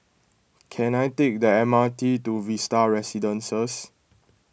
can I take the M R T to Vista Residences